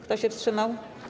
Kto się wstrzymał?